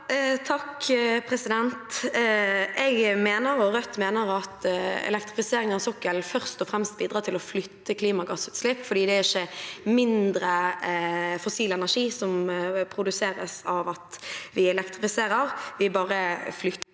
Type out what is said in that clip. (R) Jeg og Rødt mener at elektrifisering av sokkelen først og fremst bidrar til å flytte klimagassutslipp, for det er ikke mindre fossil energi som produseres av at vi elektrifiserer; vi bare flytter